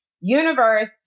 universe